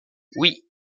oui